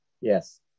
Yes